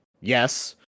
yes